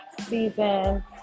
season